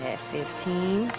ah fifteen,